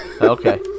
Okay